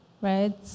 right